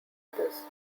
others